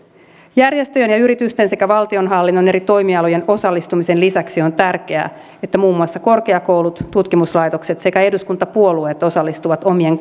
järjestöjen ja yritysten sekä valtionhallinnon eri toimialojen osallistumisen lisäksi on tärkeää että muun muassa korkeakoulut tutkimuslaitokset sekä eduskuntapuolueet osallistuvat omien